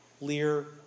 Lear